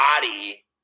body